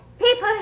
People